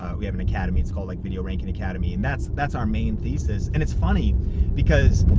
ah we have an academy, it's called like video ranking academy, and that's that's our main thesis. and it's funny because,